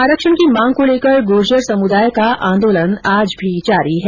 आरक्षण की मांग को लेकर गुर्जरों का आंदोलन अभी जारी है